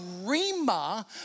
rima